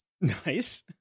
nice